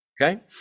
okay